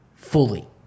Fully